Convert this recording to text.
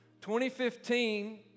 2015